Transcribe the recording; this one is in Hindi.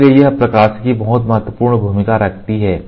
इसलिए यह प्रकाशिकी बहुत महत्वपूर्ण भूमिका रखती है